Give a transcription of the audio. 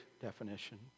definition